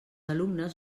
alumnes